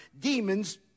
demons